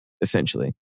essentially